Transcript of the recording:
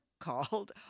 called